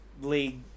league